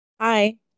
Hi